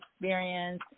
experience